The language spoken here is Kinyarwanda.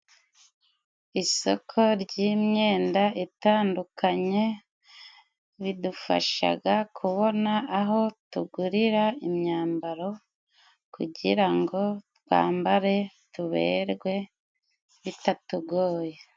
Isoko ry'imyenda itandukanye ridufashaga kubona aho tugurira imyambaro kugira ngo twambare tuberwe bitatugoye.